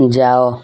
ଯାଅ